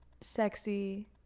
sexy